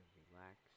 relax